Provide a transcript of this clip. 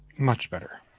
much better.